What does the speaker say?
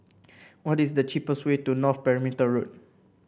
what is the cheapest way to North Perimeter Road